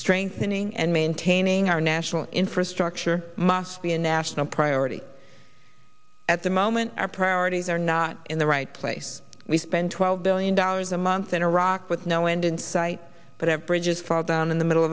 strengthening and maintaining our national infrastructure must be a national priority at the moment our priorities are not in the right place we spend twelve billion dollars a month in iraq with no end in sight but at bridges fall down in the middle